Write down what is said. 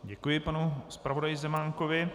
Děkuji panu zpravodaji Zemánkovi.